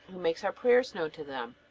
who makes our prayers known to them.